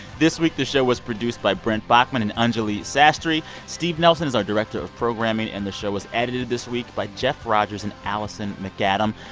this week, the show was produced by brent baughman and anjuli sastry. steve nelson is our director of programming. and the show was edited this week by jeff rogers and alison macadam.